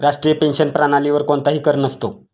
राष्ट्रीय पेन्शन प्रणालीवर कोणताही कर नसतो